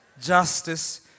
justice